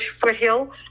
Foothill